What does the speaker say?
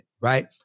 right